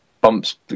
bumps